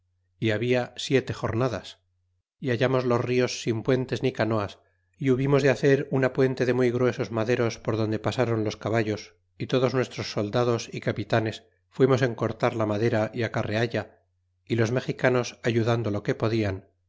y habla siete jornadas y hallamos los nos sin puentes ni canoas y hubimos de hacer una puente de muy gruesos maderos por donde paskron los caballos y todos nuestros soldados y capitanes fuimos en cortar la madera y acarrealla y los mexicanos ayudando lo que podian